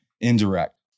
indirect